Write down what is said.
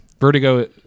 Vertigo